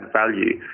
value